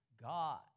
God